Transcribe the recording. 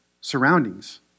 surroundings